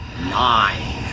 nine